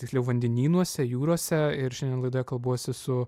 tiksliau vandenynuose jūrose ir šiandien laidoje kalbuosi su